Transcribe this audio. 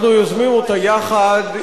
אנחנו יוזמים אותה יחד.